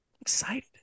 Excited